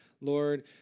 Lord